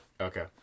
Okay